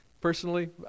personally